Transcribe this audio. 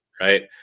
right